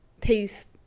taste